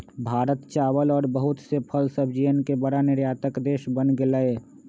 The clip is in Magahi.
भारत चावल और बहुत से फल सब्जियन के बड़ा निर्यातक देश बन गेलय